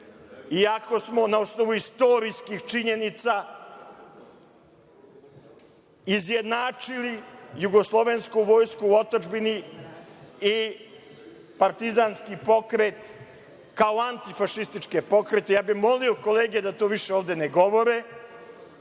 iako smo na osnovu istorijskih činjenica izjednačili jugoslovensku vojsku u otadžbini i partizanski pokret kao antifašističke pokrete. Ja bih molio kolege da to više ovde ne govore,